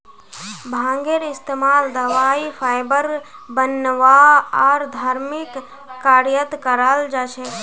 भांगेर इस्तमाल दवाई फाइबर बनव्वा आर धर्मिक कार्यत कराल जा छेक